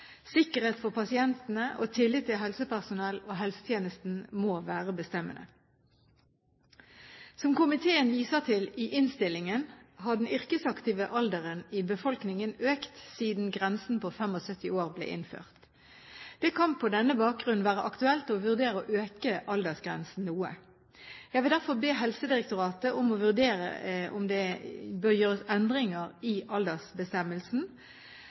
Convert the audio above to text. sikkerhet for pasientene og tillit til helsepersonell og helsetjeneste må være bestemmende. Som komiteen viser til i innstillingen, har den yrkesaktive alderen i befolkningen økt siden grensen på 75 år ble innført. Det kan på denne bakgrunn være aktuelt å vurdere å øke aldersgrensen noe. Jeg vil derfor be Helsedirektoratet vurdere om det bør gjøres endringer i aldersbestemmelsen.